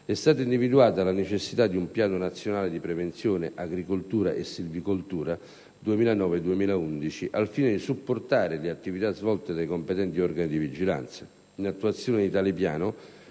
è stata individuata la necessità di un Piano nazionale di prevenzione agricoltura e silvicoltura per gli anni 2009-2011, al fine di supportare le attività svolte dai competenti organi di vigilanza. In attuazione di tale piano,